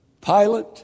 Pilate